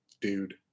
dude